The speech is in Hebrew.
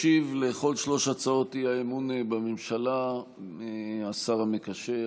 ישיב על כל שלוש הצעות האי-אמון בממשלה השר המקשר,